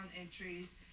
entries